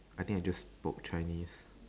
I think I just spoke chinese